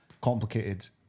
complicated